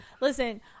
listen